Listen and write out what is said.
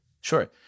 Sure